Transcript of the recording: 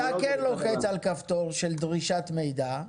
אתה כן לוקח על כפתור של דרישת מידע.